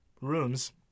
rooms